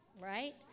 Right